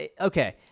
okay